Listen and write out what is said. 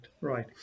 right